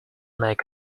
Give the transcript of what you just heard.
make